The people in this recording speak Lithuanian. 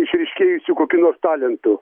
išryškėjusių kokių nors talentų